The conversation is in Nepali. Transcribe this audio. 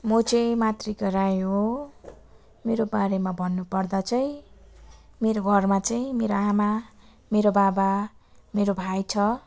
म चाहिँ मातृका राई हो मेरो बारेमा भन्नुपर्दा चाहिँ मेरो घरमा चाहिँ मेरो आमा मेरो बाबा मेरो भाइ छ